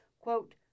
quote